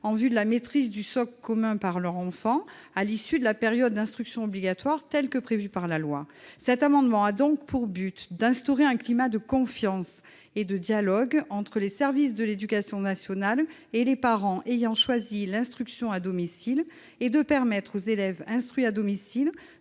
en vue de la maîtrise du socle commun par leur enfant à l'issue de la période d'instruction obligatoire telle que prévue par la loi. Cet amendement a donc pour objet d'instaurer un climat de confiance et de dialogue entre les services de l'éducation nationale et les parents ayant choisi l'instruction à domicile, et de permettre aux élèves instruits à domicile